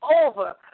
over